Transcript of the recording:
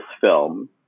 film